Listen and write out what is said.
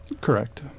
Correct